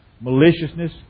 maliciousness